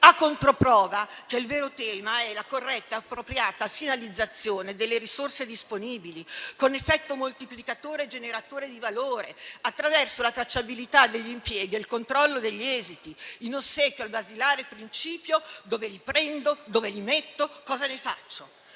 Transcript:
a controprova che il vero tema è la corretta e appropriata finalizzazione delle risorse disponibili, con effetto moltiplicatore e generatore di valore, attraverso la tracciabilità degli impieghi e il controllo degli esiti, in ossequio al basilare principio "dove li prendo, dove li metto, cosa ne faccio".